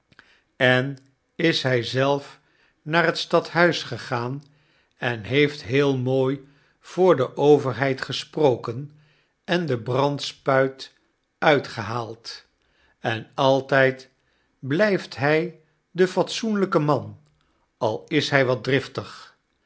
en is hy zelf naar het stadhuis gegaan en heeft heel mooi voor de overheid gesproken en de brandspuit uitgehaald en altyd blyft hij de fatsoenlijke man al is hy wat driftig